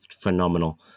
phenomenal